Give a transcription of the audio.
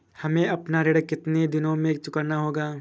हमें अपना ऋण कितनी दिनों में चुकाना होगा?